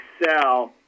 excel